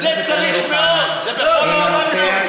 זכותו להביע את עמדתו.